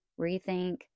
rethink